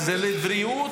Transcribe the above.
להשיב?